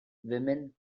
women